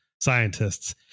scientists